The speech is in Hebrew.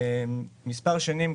מספר שנים,